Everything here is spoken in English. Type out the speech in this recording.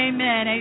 Amen